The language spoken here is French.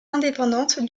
indépendantes